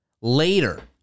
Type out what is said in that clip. later